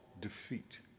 defeat